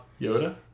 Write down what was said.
Yoda